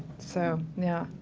so, yeah,